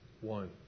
One